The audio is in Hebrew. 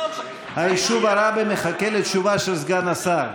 היישוב עראבה מחכה לתשובה של סגן השר.